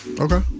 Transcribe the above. Okay